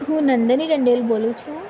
હું નંદિની નંડેલ બોલું છું